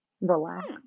relax